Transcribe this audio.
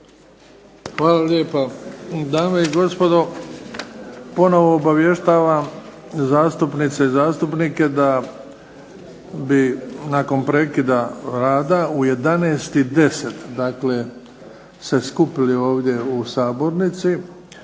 Hvala lijepa. Dame i gospodo, ponovno obavještavam zastupnice i zastupnike da bi nakon prekida rada u 11,10 dakle se skupili ovdje u sabornici